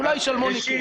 אולי בשלמוני כן.